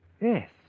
Yes